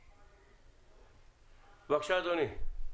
בבקשה, אדוני,